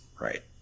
right